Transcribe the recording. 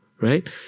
Right